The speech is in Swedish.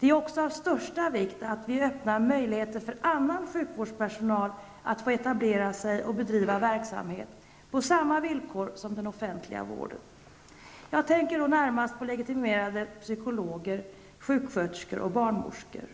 Det är också av största vikt att vi öppnar möjligheter för annan sjukvårdspersonal att få etablera sig och bedriva verksamhet på samma villkor som den offentliga vården. Jag tänker då närmast på legitimerade psykologer, sjuksköterskor och barnmorskor.